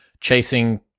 chasing